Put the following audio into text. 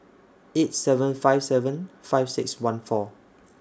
eight seven five seven five six one four